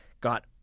Got